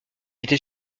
était